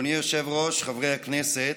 אדוני היושב-ראש, חברי הכנסת,